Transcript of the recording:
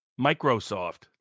Microsoft